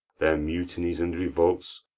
their mutinies and revolts,